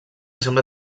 sembla